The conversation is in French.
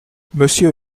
monsieur